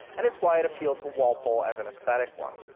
and it's why it appealed to walpole as an aesthetic one,